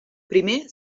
primer